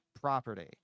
property